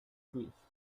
cliff